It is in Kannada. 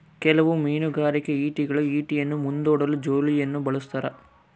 ಕೆಲವು ಮೀನುಗಾರಿಕೆ ಈಟಿಗಳು ಈಟಿಯನ್ನು ಮುಂದೂಡಲು ಜೋಲಿಯನ್ನು ಬಳಸ್ತಾರ